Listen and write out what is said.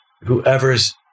whoever's